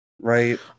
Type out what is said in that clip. Right